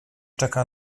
czeka